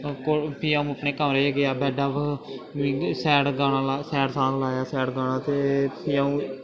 फ्ही अ'ऊं अपने कमरे च गेआ बैड्डा उप्पर सैड गाना लाया सैड सांग लाया सैड गाना ते फ्ही अ'ऊं